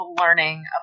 learning